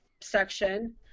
section